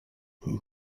who